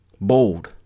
bold